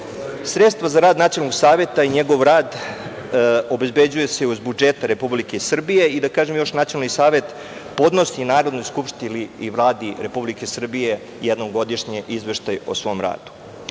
osam. Sredstva za rad Nacionalnog saveta i njegov rad obezbeđuju se iz budžeta Republike Srbije i Nacionalni savet podnosi Narodnoj skupštini i Vladi Republike Srbije jednom godišnje izveštaj o svom radu. Kada